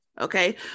Okay